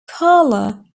carla